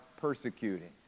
persecuting